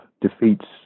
defeats